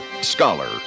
scholar